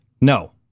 no